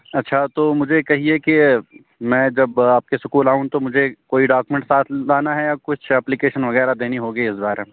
اچھا تو مجھے کہیئے کہ میں جب آپ کے اسکول آؤں تو مجھے کوئی ڈاکیومنٹ ساتھ لانا ہے یا کچھ اپلیکیشن وغیرہ دینی ہوگی اس بارے میں